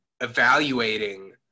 evaluating